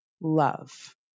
love